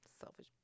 Selfish